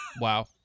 Wow